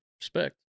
Respect